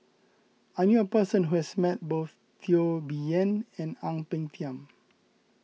I knew a person who has met both Teo Bee Yen and Ang Peng Tiam